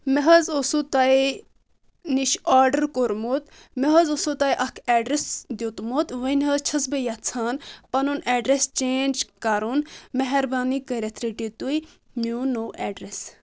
مےٚ حظ اوسوُ تۄہہِ نِش آرڈر کوٚرمُت مےٚ حظ اوسوُ تۄہہِ اکھ اٮ۪ڈرس دِیُتمُت وۄنۍ حظ چھس بہٕ یژھان پنُن اٮ۪ڈرس چینج کرُن مہربٲنی کٔرتھ رٔٹِو تُہۍ میون نوٚو اٮ۪ڈرس